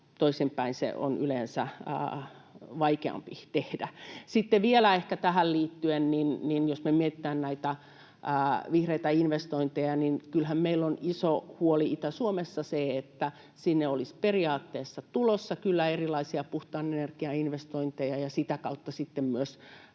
Toisinpäin se on yleensä vaikeampi tehdä. Sitten vielä liittyen siihen, jos me mietitään näitä vihreitä investointeja: kyllähän meillä on iso huoli Itä-Suomessa siitä, että sinne olisi kyllä periaatteessa tulossa erilaisia puhtaan energian investointeja ja sitä kautta myös